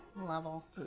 level